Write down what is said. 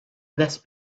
less